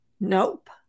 Nope